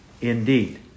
indeed